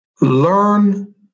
learn